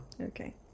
Okay